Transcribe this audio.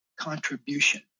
contribution